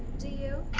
do you?